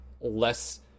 less